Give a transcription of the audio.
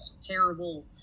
terrible